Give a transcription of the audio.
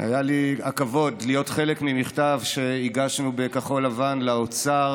היה לי הכבוד להיות חלק ממכתב שהגשנו בכחול לבן לאוצר,